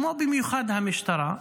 במיוחד המשטרה,